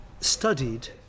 studied